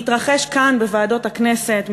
מתרחש כאן בוועדות הכנסת,